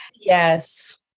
Yes